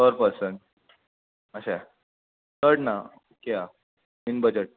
पर person अशें चड ना ओके हां इन बजट